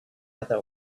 other